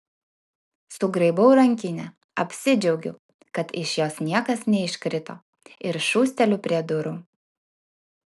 sugraibau rankinę apsidžiaugiu kad iš jos niekas neiškrito ir šūsteliu prie durų